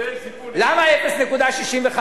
זה סיפור, למה 0.65?